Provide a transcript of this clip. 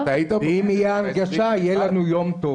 גם לשירלי וגם ליוראי.